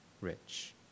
rich